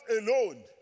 alone